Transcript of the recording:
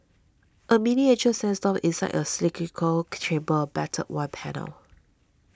a miniature sandstorm inside a cylindrical chamber a battered one panel